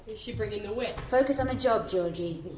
she bringing the whip? focus on the job, georgie.